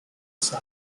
side